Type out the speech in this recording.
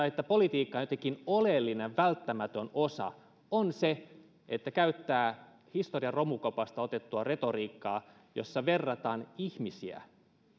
että politiikan jotenkin oleellinen välttämätön osa on se että käyttää historian romukopasta otettua retoriikkaa jossa verrataan ihmisiä